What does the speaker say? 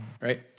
right